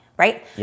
right